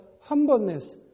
humbleness